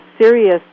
serious